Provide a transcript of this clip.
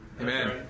amen